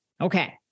Okay